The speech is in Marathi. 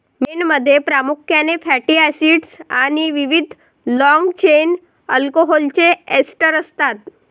मेणमध्ये प्रामुख्याने फॅटी एसिडस् आणि विविध लाँग चेन अल्कोहोलचे एस्टर असतात